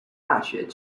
大学